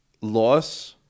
loss